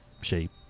shape